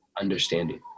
understanding